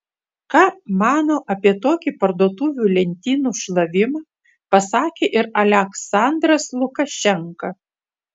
ką mano apie tokį parduotuvių lentynų šlavimą pasakė ir aliaksandras lukašenka